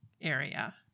area